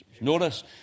Notice